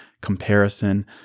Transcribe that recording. comparison